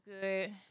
good